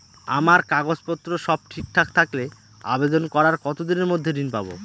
আমার কাগজ পত্র সব ঠিকঠাক থাকলে আবেদন করার কতদিনের মধ্যে ঋণ পাব?